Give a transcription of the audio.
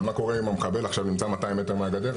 אבל מה קורה אם המחבל עכשיו נמצא 200 מטר מהגדר?